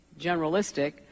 generalistic